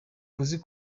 ari